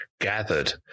Gathered